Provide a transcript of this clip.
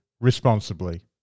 responsibly